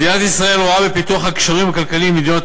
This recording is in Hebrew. מדינת ישראל רואה בפיתוח הקשרים הכלכליים עם מדינות